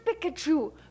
pikachu